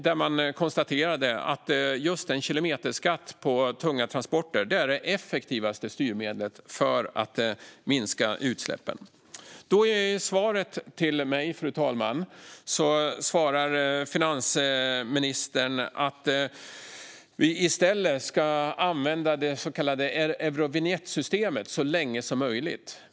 Där konstaterar man att just en kilometerskatt på tunga transporter är det effektivaste styrmedlet för att minska utsläppen. I svaret till mig, fru talman, säger finansministern att vi i stället ska använda det så kallade Eurovinjettsystemet så länge som möjligt.